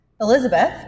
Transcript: Elizabeth